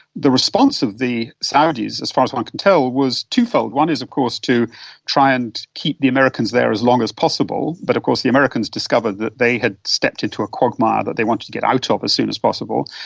the response of the saudis, as far as one can tell was twofold one is of course to try and keep the americans there as long as possible, but of course the americans discovered that they had stepped into a quagmire that they wanted to get out of as soon as possible.